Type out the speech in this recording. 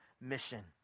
mission